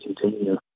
continue